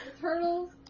turtles